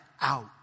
out